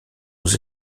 aux